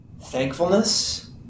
thankfulness